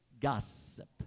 gossip